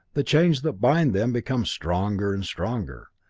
the chains that bind them become stronger and stronger,